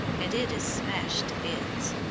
and it is smashed to bits.